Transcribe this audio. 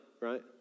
right